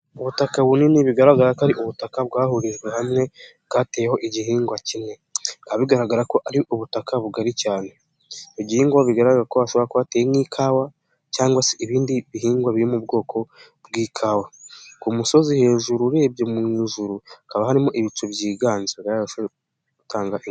Ubutaka bunini bigaragara ko ari ubutaka bwahurijwe hamwe bwateyeho igihingwa kimwe, bikaba bigaragara ko ari ubutaka bugari cyane, igihingwa bigaragara ko hashobora kuba hateye nk'ikawa cyangwa se ibindi bihingwa biri mu bwoko bw'ikawa, ku musozi hejuru urebye mu ijuru hakaba harimo ibicu byiganza ...